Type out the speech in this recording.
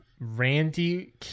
Randy